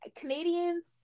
Canadians